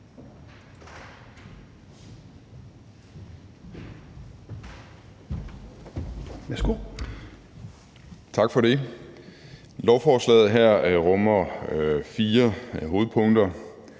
(LA): Tak for det. Lovforslaget her rummer fire hovedpunkter,